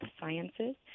Sciences